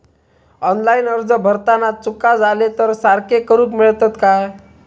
Online अर्ज भरताना चुका जाले तर ते सारके करुक मेळतत काय?